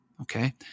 Okay